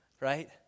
right